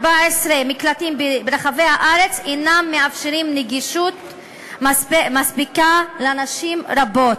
14 מקלטים ברחבי הארץ אינם מאפשרים נגישות מספקת לנשים רבות,